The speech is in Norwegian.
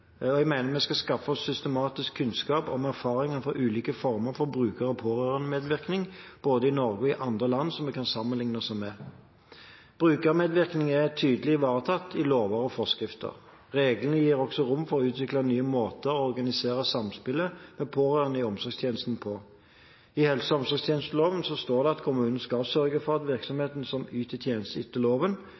og jeg mener vi skal skaffe oss systematisk kunnskap om erfaringer fra ulike former for bruker- og pårørendemedvirkning både i Norge og i andre land som vi kan sammenlikne oss med. Brukermedvirkning er tydelig ivaretatt i lover og forskrifter. Reglene gir også rom for å utvikle nye måter å organisere samspillet med pårørende i omsorgstjenesten på. I helse- og omsorgstjenesteloven står det at kommunen skal sørge for at virksomheter som yter